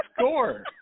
score